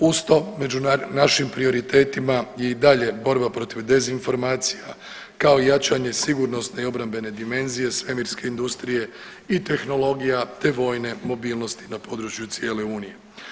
Uz to među našim prioritetima je i dalje borba protiv dezinformacija, kao i jačanje sigurnosne i obrambene dimenzije svemirske industrije i tehnologija, te vojne mobilnosti na području cijele unije.